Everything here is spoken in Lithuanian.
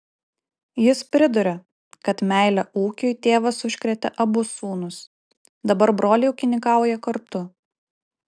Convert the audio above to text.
jis priduria kad meile ūkiui tėvas užkrėtė abu sūnus dabar broliai ūkininkauja kartu